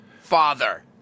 father